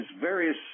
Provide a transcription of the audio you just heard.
various